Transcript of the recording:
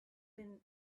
been